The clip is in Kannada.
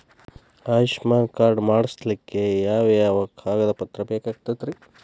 ಆಯುಷ್ಮಾನ್ ಕಾರ್ಡ್ ಮಾಡ್ಸ್ಲಿಕ್ಕೆ ಯಾವ ಯಾವ ಕಾಗದ ಪತ್ರ ಬೇಕಾಗತೈತ್ರಿ?